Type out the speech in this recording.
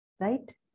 Right